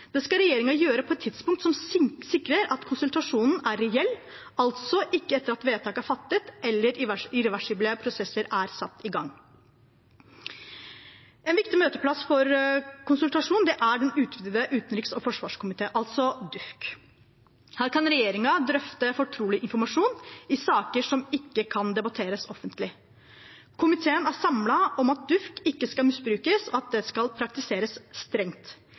Det skal regjeringen gjøre på et tidspunkt som sikrer at konsultasjonen er reell, altså ikke etter at vedtaket er fattet eller irreversible prosesser er satt i gang. En viktig møteplass for konsultasjon er den utvidete utenriks- og forsvarskomité, altså DUUFK. Her kan regjeringen drøfte fortrolig informasjon i saker som ikke kan debatteres offentlig. Komiteen er samlet om at DUUFK ikke skal misbrukes, at det skal praktiseres strengt.